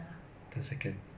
I think so